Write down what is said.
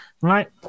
right